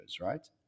right